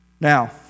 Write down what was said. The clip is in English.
Now